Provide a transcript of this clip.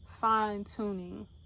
fine-tuning